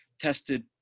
tested